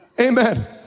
amen